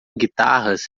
guitarras